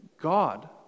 God